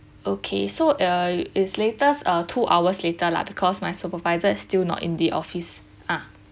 okay so uh is latest uh two hours later lah because my supervisor is still not in the office ah